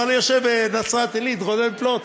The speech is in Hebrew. אבל יושב כאן מנצרת-עילית רונן פלוט,